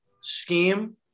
scheme